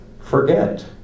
forget